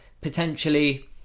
potentially